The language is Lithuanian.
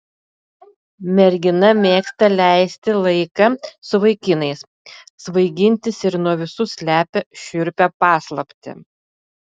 mergina mėgsta leisti laiką su vaikinais svaigintis ir nuo visų slepia šiurpią paslaptį